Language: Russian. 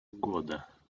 года